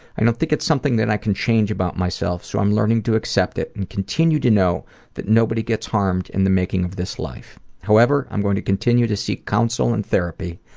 i don't think it's something that i can change about myself, so i'm learning to accept it and continue to know that nobody gets harmed in the making of this life. however, i'm going to continue to seek counsel and therapy.